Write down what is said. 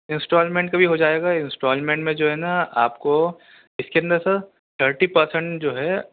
instalment کا بھی ہو جائے گا انسٹالمنٹ میں جو ہے نا آپ کو اس کے اندر سر تھرٹی پرسنٹ جو ہے